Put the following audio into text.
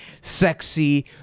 sexy